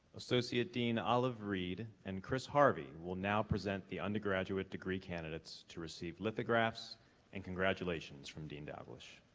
associate dean olive reid and chris harvey will now present the undergraduate degree candidates to receive lithographs and congratulations from dean dalglish.